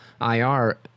IR